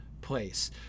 place